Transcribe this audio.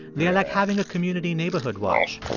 they are like having a community neighborhood watch.